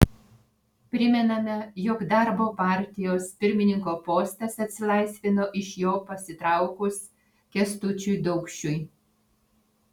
primename jog darbo partijos pirmininko postas atsilaisvino iš jo pasitraukus kęstučiui daukšiui